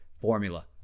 formula